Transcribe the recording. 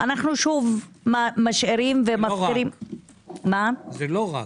אנו שוב משאירים- - זה לא רק.